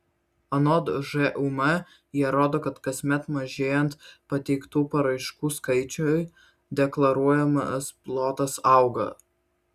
anot žūm jie rodo kad kasmet mažėjant pateiktų paraiškų skaičiui deklaruojamas plotas auga